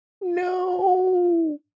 No